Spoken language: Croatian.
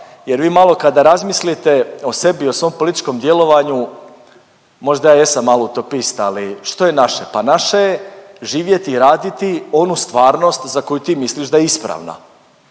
jer vi malo kada razmislite o sebi i o svom političkom djelovanju možda ja jesam malo utopist, ali što je naše? Pa naše je živjeti i raditi onu stvarnost za koju ti misliš da je ispravna